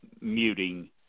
muting